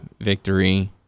victory